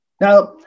Now